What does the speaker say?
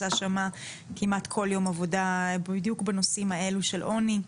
שם כמעט כל יום עבודה בדיוק בנושאים האלה של עוני.